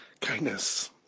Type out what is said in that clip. kindness